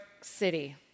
city